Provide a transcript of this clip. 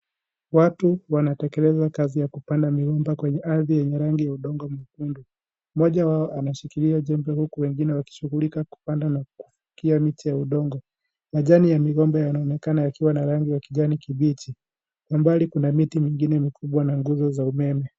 Watu wanatekeleza kazi ya kupanda migomba kwenye ardhi yenye rangi ya udongo mwekundu. Mmoja wao anashikilia jembe huku wengine wakishughulika kupanda na kutia miti ya udongo. Majani ya migomba yanaonekana yakiwa na rangi ya kijani kibichi. Kwa mbali kuna miti mingine mikubwa na nguzo za umeme.